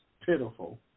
Pitiful